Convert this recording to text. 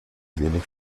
wenig